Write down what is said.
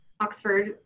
Oxford